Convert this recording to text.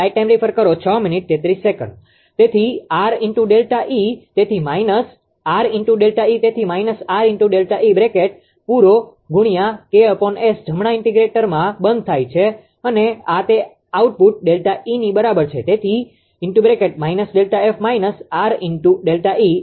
તેથી 𝑅ΔE તેથી minus 𝑅ΔE તેથી માઈનસ 𝑅ΔE બ્રેકેટbracketકૌંસ પૂરો ગુણ્યા 𝐾𝑆 જમણા ઇન્ટીગ્રેટરમાં બંધ થાય છે અને આ તે આઉટપુટ ΔE ની બરાબર છે